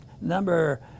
number